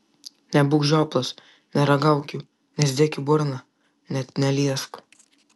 nebūk žioplas neragauk jų nesidėk į burną net neliesk